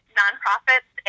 nonprofits